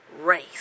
race